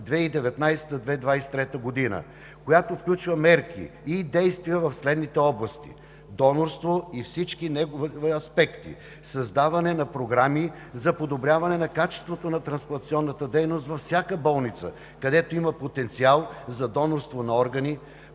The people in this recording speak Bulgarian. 2019 – 2023 г., която включва мерки и действия в следните области: донорство и всички негови аспекти; създаване на програми за подобряване на качеството на трансплантационната дейност във всяка болница, където има потенциал за донорство на органи;